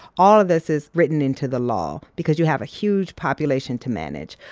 all of this is written into the law because you have a huge population to manage.